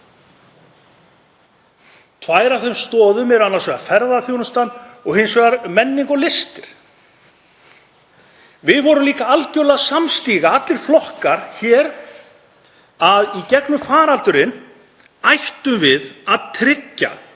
Tvær af þeim stoðum eru annars vegar ferðaþjónustan og hins vegar menning og listir. Við vorum líka algerlega samstiga, allir flokkar hér, um það í gegnum faraldurinn að við ættum að tryggja